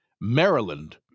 Maryland